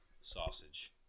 Sausage